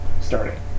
starting